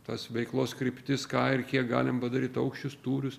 tas veiklos kryptis ką ir kiek galim padaryt aukščius tūrius